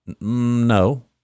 No